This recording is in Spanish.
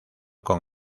con